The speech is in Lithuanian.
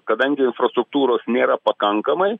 kadangi infrastruktūros nėra pakankamai